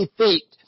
feet